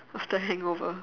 after a hangover